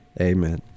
Amen